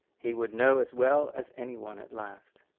he would know as well as anyone at last.